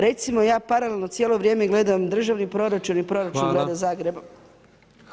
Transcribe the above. Recimo ja paralelno cijelo vrijeme gledam državni proračun i proračun grada Zagreba…